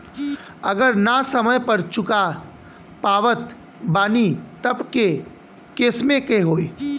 अगर ना समय पर चुका पावत बानी तब के केसमे का होई?